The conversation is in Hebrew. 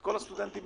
כל הסטודנטים